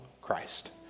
Christ